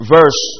Verse